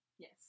Yes